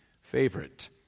favorite